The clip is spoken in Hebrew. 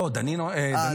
לא, דנינו כעס.